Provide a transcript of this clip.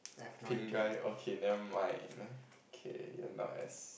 pin guy okay nevermind okay you're not as